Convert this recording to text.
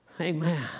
Amen